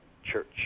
church